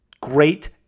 great